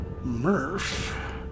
Murph